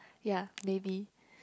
ya maybe